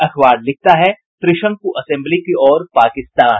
अखबार लिखता है त्रिशंकु असम्बेली की ओर पाकिस्तान